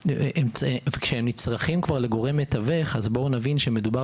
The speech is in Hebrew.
כשהם נצרכים לגורם מתווך אז צריך להבין שמדובר